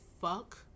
fuck